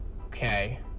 Okay